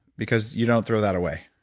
because you don't throw that away,